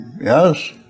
Yes